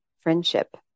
friendship